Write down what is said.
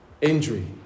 Injury